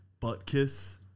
Buttkiss